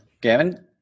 Gavin